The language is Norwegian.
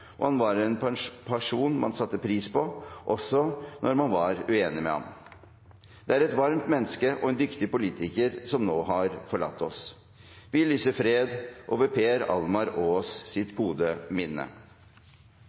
og han var en person man satte pris på også når man var uenig med ham. Det er et varmt menneske og en dyktig politiker som nå har forlatt oss. Vi lyser fred over Per Almar Aas’ gode minne.